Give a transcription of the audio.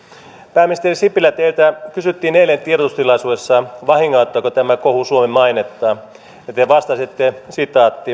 pääministeri sipilä teiltä kysyttiin eilen tiedotustilaisuudessa vahingoittaako tämä kohu suomen mainetta ja te vastasitte